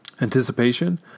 anticipation